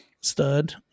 Stud